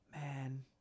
Man